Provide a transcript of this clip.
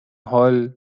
hall